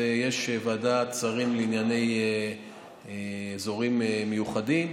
יש ועדת שרים לענייני אזורים מיוחדים,